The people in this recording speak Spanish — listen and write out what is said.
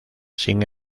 sin